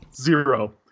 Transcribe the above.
Zero